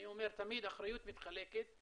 אני אומר שתמיד האחריות מתחלקת,